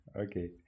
Okay